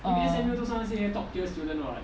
err